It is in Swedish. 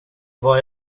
vad